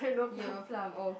you have a plum oh